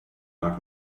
knock